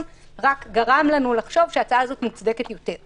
רק גרם לנו לחשוב שההצעה הזאת מוצדקת יותר.